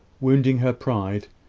wounding her pride,